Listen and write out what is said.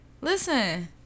Listen